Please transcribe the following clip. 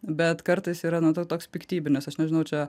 bet kartais yra nu to toks piktybinis aš nežinau čia